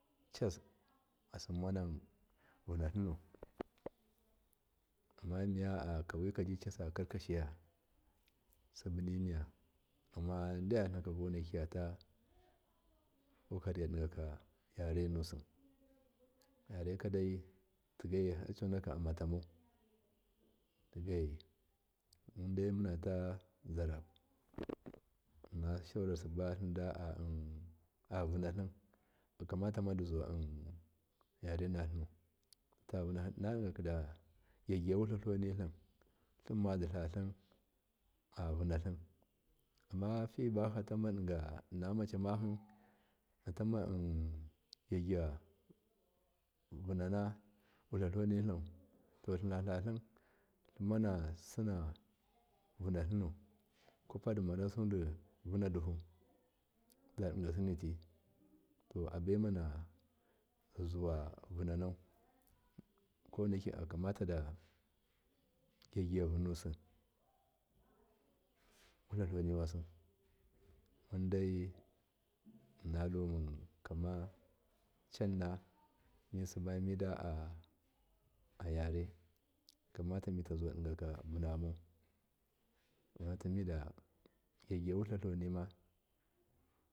Cas asimmanan vanatlimu amma kauvikaji cassa karkashi simbinimiya ammadiyan tlimka kowai kiya takokariya digaki yarenusu yarekadai tigaiyi harconakim annatamau tigaiyi mundai muna ta zarau sibatlimda avunatlim akamatadizuwa yarenatlimu tatavunahi innadikaki digyaguiya wulalo nitlim tlimmaditlatham a vunatlam ammafibafa ma inna macimahi matumma gyagyaya vunawitla tlunina totlinatlatlin tlimmanasina vutclimu kwapademarasudi vunaduhu dadigasuditi to abaema na zuwavunau koweneki kamatada gyagyiya vunusu wutlatlaniwasi mundai mundumukama canna misibamida ayare akamata mitazawadiga ka vunamau akamata midagyagy ya wutlatloni ma.